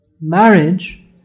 marriage